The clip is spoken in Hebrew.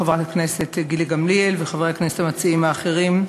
חברת הכנסת גילה גמליאל וחברי הכנסת המציעים האחרים,